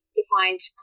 defined